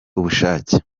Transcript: ubushake